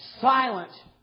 silent